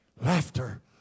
laughter